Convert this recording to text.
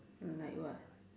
like what